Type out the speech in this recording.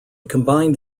combined